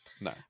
No